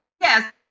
Yes